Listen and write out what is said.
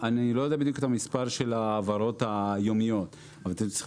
אני לא יודע בדיוק את המספר של ההעברות היומיות אבל אתם צריכים